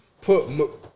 put